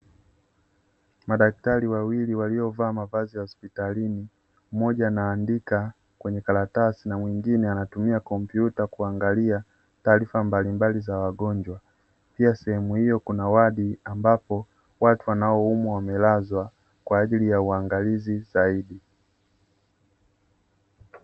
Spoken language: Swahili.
Madaktari wawili waliovaa mavazi ya hospitalini, mmoja anaandika kwenye karatasi na mwingine anatumia kompyuta kuangalia taarifa mbalimbali za wagonjwa. Pia sehemu hiyo kuna wodi ambapo watu wanaoumwa wamelazwa, kwa ajili ya uangalizi zaidi.